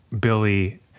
Billy